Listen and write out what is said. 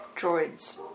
droids